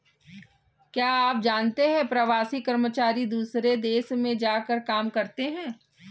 क्या आप जानते है प्रवासी कर्मचारी दूसरे देश में जाकर काम करते है?